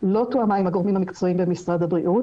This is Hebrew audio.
לא תואמה עם הגורמים במשרד הבריאות,